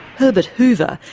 herbert hoover,